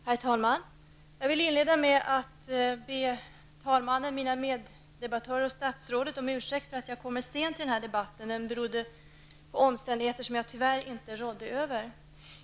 Herr talman! Jag vill inleda med att be talmannen, mina meddebattörer och statsrådet om ursäkt för att jag kommer sent till debatten, vilket beror på omständigheter som jag tyvärr inte rår över.